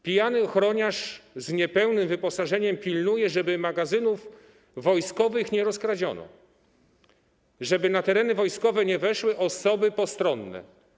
Pijany ochroniarz z niepełnym wyposażeniem pilnuje, żeby magazynów wojskowych nie rozkradziono, żeby na tereny wojskowe nie weszły osoby postronne.